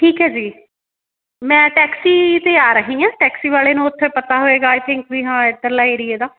ਠੀਕ ਹੈ ਜੀ ਮੈਂ ਟੈਕਸੀ 'ਤੇ ਆ ਰਹੀ ਹਾਂ ਟੈਕਸੀ ਵਾਲੇ ਨੂੰ ਉੱਥੇ ਪਤਾ ਹੋਏਗਾ ਆਈ ਥਿੰਕ ਵੀ ਹਾਂ ਇੱਧਰਲਾ ਏਰੀਏ ਦਾ